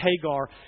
Hagar